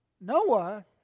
Noah